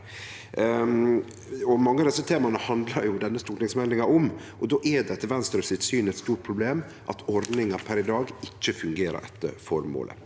Mange av desse temaa handlar denne stortingsmeldinga om. Då er det, etter Venstre sitt syn, eit stort problem at ordninga per i dag ikkje fungerer etter føremålet.